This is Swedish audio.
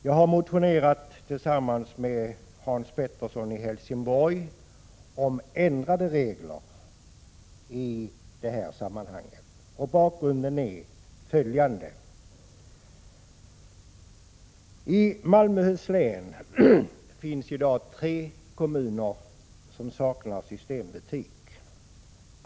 Jag har tillsammans med Hans Pettersson i Helsingborg motionerat om ändrade regler i detta sammanhang, och bakgrunden är följande. I Malmöhus län finns i dag två kommuner som saknar systembutik.